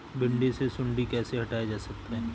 भिंडी से सुंडी कैसे हटाया जा सकता है?